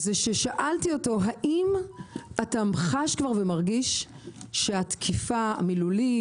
שאלתי אותו האם אתה חש ומרגיש שהתקיפה המילולית,